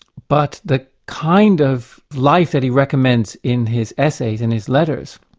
but the kind of life that he recommends in his essays and his letters,